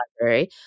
Library